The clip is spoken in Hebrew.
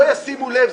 לא ישימו לב,